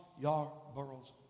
Yarborough's